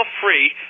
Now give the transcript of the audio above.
free